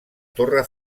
torre